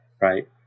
right